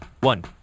One